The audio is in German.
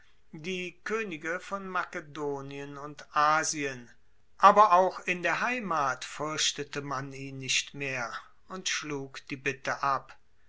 die koenige von makedonien und asien aber auch in der heimat fuerchtete man ihn nicht mehr und schlug die bitte ab